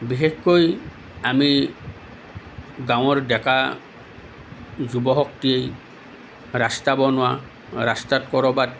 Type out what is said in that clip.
বিশেষকৈ আমি গাঁৱৰ ডেকা যুৱ শক্তি ৰাস্তা বনোৱা ৰাস্তাত ক'ৰবাত